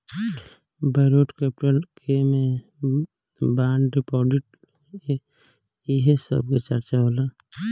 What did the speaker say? borrowed capital के में bond deposit loan एही सब के चर्चा होला